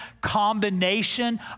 combination